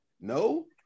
No